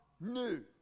new